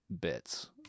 bits